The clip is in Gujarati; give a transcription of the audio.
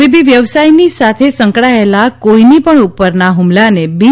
તબીબી વ્યવસાયની સાથે સંકળાયેલા કોઇની પણ ઉપરના હ્મલાને બિન